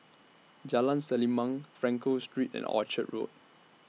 Jalan Selimang Frankel Street and Orchard Road